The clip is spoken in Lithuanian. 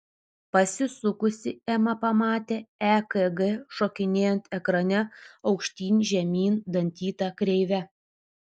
pasisukusi ema pamatė ekg šokinėjant ekrane aukštyn žemyn dantyta kreive